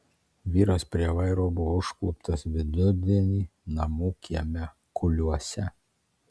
vyras prie vairo buvo užkluptas vidurdienį namų kieme kuliuose